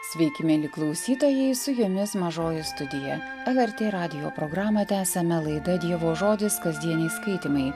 sveiki mieli klausytojai su jumis mažoji studija pavertė radijo programą tęsiame laida dievo žodis kasdieniai skaitymai